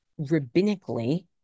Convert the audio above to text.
rabbinically